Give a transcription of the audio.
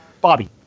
Bobby